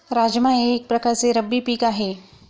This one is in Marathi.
राजमा हे एक प्रकारचे रब्बी पीक आहे